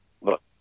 look